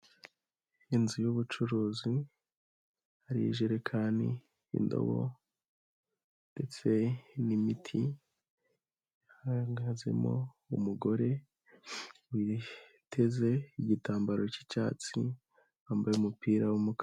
Inzu y'ubucuruzi, hari ijerekani, indobo ndetse n'imiti, hahagazemo umugore witeze igitambaro cy'icyatsi, wambaye umupira w'umukara.